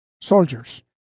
soldiers